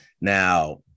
Now